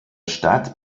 stadt